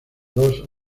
dos